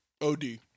od